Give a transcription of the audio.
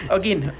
again